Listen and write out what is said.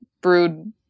brewed